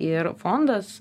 ir fondas